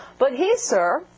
but he, sir,